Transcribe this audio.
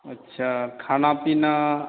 अच्छा खाना पीना